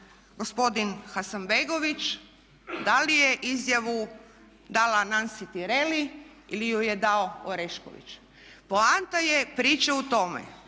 gospodin Hasanbegović, da li je izjavu dala Nansi Tireli ili ju je dao Orešković. Poanta je priče u tome